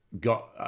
got